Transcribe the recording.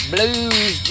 Blues